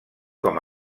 com